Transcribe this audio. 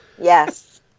Yes